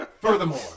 Furthermore